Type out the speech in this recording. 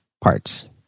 parts